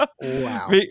wow